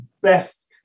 best